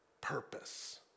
purpose